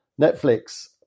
Netflix